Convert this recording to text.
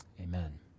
Amen